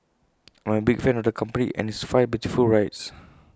I am A big fan of the company and its fast beautiful rides